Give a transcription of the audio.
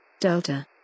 Delta